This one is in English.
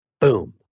Boom